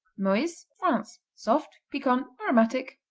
meuse france soft piquant aromatic.